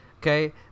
Okay